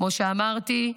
כמו שאמרתי,